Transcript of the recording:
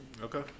Okay